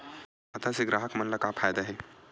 खाता से ग्राहक मन ला का फ़ायदा हे?